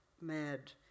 mad